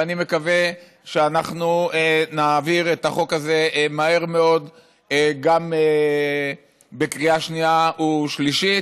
ואני מקווה שנעביר את החוק הזה מהר מאוד גם בקריאה שנייה ושלישית.